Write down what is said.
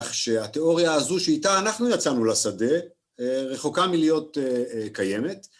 שהתיאוריה הזו שאיתה אנחנו יצאנו לשדה רחוקה מלהיות קיימת.